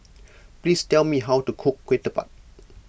please tell me how to cook Ketupat